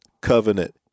covenant